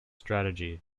strategy